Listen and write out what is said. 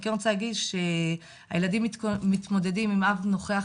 אני כן רוצה להגיד שהילדים מתמודדים עם אב נוכח-נפקד,